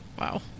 wow